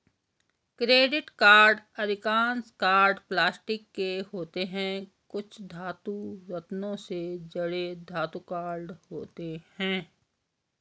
credit card अधिकांश card plastic के होते हैं, कुछ धातु, रत्नों से जड़े धातु कार्ड होते हैं